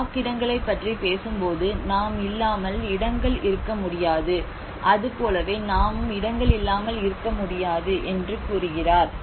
chalk இடங்களைப் பற்றி பேசும்போது நாம் இல்லாமல் இடங்கள் இருக்க முடியாது அதுபோலவே நாமும் இடங்கள் இல்லாமல் இருக்க முடியாது என்று கூறுகிறார்